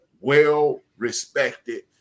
well-respected